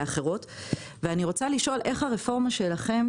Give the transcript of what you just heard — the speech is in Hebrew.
ואני רוצה לשאול איך הרפורמה שלכם